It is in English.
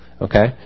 okay